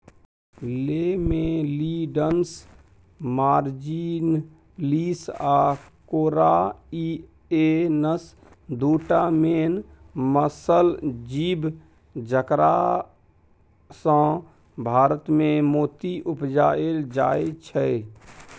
Lamellidens marginalis आ corrianus दु टा मेन मसल जीब जकरासँ भारतमे मोती उपजाएल जाइ छै